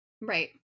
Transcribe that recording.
right